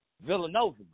Villanova